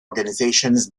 organizations